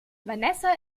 vanessa